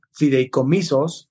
fideicomisos